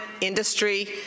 industry